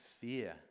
fear